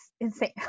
insane